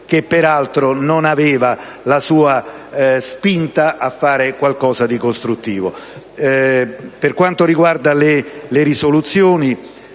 che peraltro non aveva il suo slancio a realizzare qualcosa di costruttivo. Per quanto riguarda le risoluzioni,